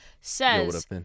Says